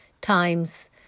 times